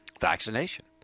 vaccination